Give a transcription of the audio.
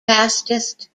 fastest